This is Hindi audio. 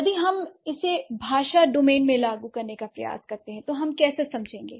यदि हम इसे भाषा डोमेन में लागू करने का प्रयास करते हैं तो हम कैसे समझेंगे